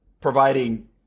providing